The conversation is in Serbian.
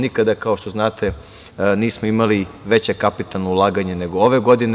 Nikada, kao što znate, nismo imali veća kapitalna ulaganja nego ove godine.